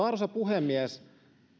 arvoisa puhemies